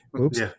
Oops